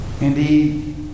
Indeed